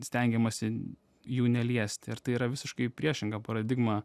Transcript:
stengiamasi jų neliesti ir tai yra visiškai priešinga paradigma